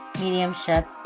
mediumship